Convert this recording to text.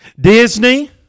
Disney